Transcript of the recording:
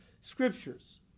scriptures